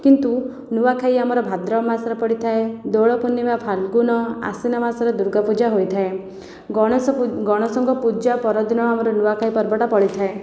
କିନ୍ତୁ ନୂଆଖାଇ ଆମର ଭାଦ୍ରବ ମାସରେ ପଡ଼ିଥାଏ ଦୋଳପୂର୍ଣ୍ଣିମା ଫାଲଗୁନ ଆଶ୍ଵିନ ମାସରେ ଦୂର୍ଗା ପୂଜା ହୋଇଥାଏ ଗଣେଶଙ୍କ ପୂଜା ପରଦିନ ଆମର ନୂଆଖାଇ ପର୍ବଟା ପଡ଼ିଥାଏ